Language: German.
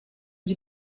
sie